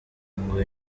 ngo